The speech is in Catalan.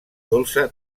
dolça